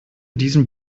diesem